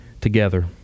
together